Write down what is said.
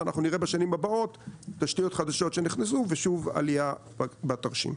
ואנחנו נראה בשנים הבאות תשתיות חדשות שנכנסו ושוב עלייה בתרשים,